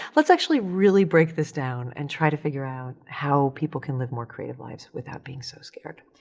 let's actually really break this down and try to figure out how people can live more creative lives without being so scared.